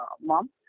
mom